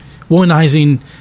womanizing